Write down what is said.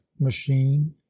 machine